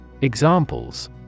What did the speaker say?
Examples